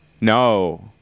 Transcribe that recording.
No